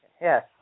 Yes